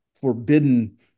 forbidden